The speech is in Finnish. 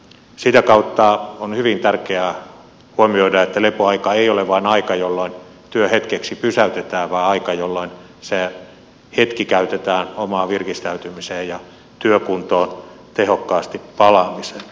sitä kautta on hyvin tärkeää huomioida että lepoaika ei ole vain aika jolloin työ hetkeksi pysäytetään vaan aika jolloin se hetki käytetään omaan virkistäytymiseen ja työkuntoon tehokkaasti palaamiseen